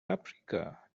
paprika